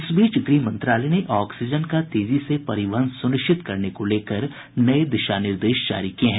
इस बीच गृह मंत्रालय ने ऑक्सीजन का तेजी से परिवहन सुनिश्चित करने को लेकर नये दिशा निर्देश जारी किये हैं